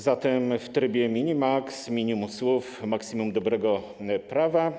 Zatem w trybie mini-maks: minimum słów, maksimum dobrego prawa.